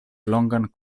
longan